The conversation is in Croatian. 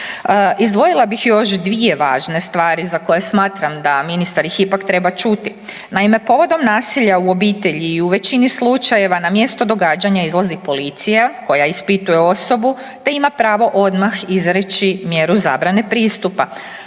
Izdvojila bih još dvije važne stvari za koje smatram da ministar ih ipak treba čuti. Naime, povodom nasilja u obitelji i u većini slučajeva na mjesto događanja izlazi policija koja ispituje osobu te ima pravo odmah izreći mjeru zabrane pristupa.